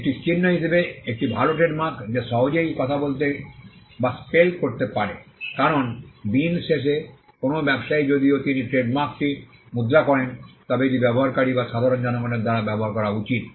একটি চিহ্ন হিসাবে একটি ভাল ট্রেডমার্ক যা সহজেই কথা বলতে এবং স্পেল করতে পারে কারণ দিন শেষে কোনও ব্যবসায়ী যদিও তিনি ট্রেডমার্কটি মুদ্রা করেন তবে এটি ব্যবহারকারী বা সাধারণ জনগণের দ্বারা ব্যবহার করা উচিত